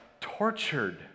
tortured